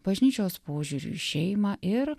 bažnyčios požiūriu į šeimą ir